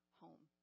home